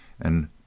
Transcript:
and